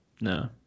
No